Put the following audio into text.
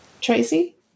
Tracy